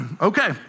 Okay